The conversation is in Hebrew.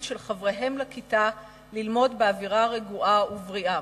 של חבריהם לכיתה ללמוד באווירה רגועה ובריאה.